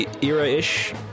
Era-ish